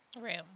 room